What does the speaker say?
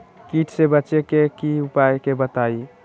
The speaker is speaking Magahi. कीट से बचे के की उपाय हैं बताई?